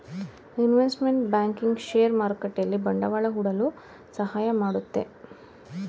investment banking share ಮಾರುಕಟ್ಟೆಯಲ್ಲಿ ಬಂಡವಾಳ ಹೂಡಲು ಸಹಾಯ ಮಾಡುತ್ತೆ